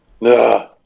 No